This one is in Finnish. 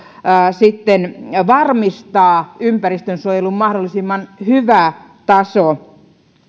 sitten varmistaa ympäristönsuojelun mahdollisimman hyvä taso